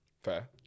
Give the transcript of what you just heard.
Fair